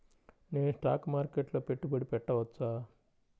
నేను స్టాక్ మార్కెట్లో పెట్టుబడి పెట్టవచ్చా?